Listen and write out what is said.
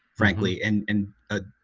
frankly. and and ah,